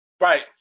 Right